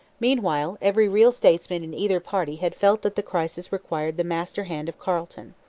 meanwhile every real statesman in either party had felt that the crisis required the master-hand of carleton.